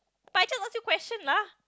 but I just ask you question lah